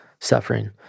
suffering